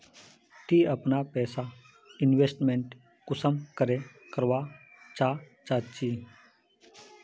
ती अपना पैसा इन्वेस्टमेंट कुंसम करे करवा चाँ चची?